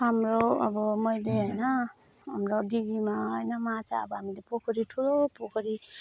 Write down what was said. हाम्रो अब मैले होइन हाम्रो डिगीमा होइन माछा अब हामीले पोखरी ठुलो पोखरी